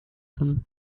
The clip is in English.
them